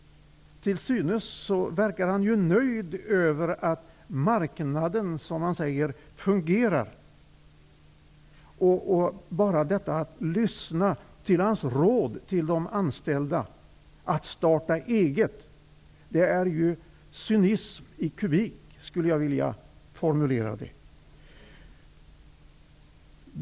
Till synes verkar han ju nöjd över att marknaden, som han säger, fungerar. Bara hans råd till de anställda, att starta eget, är ju cynism i kubik, skulle jag vilja formulera det.